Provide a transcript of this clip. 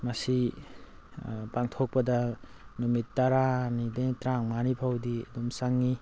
ꯃꯁꯤ ꯄꯥꯡꯊꯣꯛꯄꯗ ꯅꯨꯃꯤꯠ ꯇꯔꯥꯅꯤꯗꯩꯅ ꯇꯔꯥꯃꯉꯥꯅꯤꯐꯧꯗꯤ ꯑꯗꯨꯝ ꯆꯪꯉꯤ